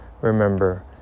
remember